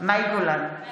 מאי גולן,